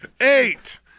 Eight